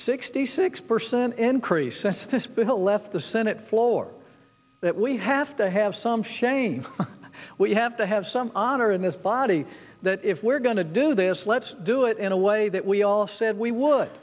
sixty six percent increases left the senate floor that we have to have some shame we have to have some honor in this body that if we're going to do this let's do it in a way that we all said we would